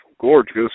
gorgeous